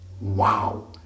Wow